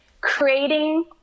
creating